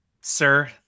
Sir